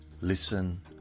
listen